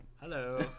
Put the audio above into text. Hello